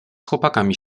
chłopakami